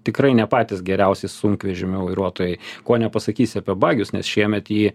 tikrai ne patys geriausi sunkvežimių vairuotojai ko nepasakysi apie bagius nes šiemet į